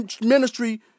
ministry